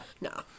No